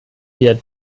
wir